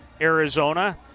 Arizona